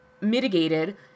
mitigated